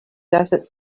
desert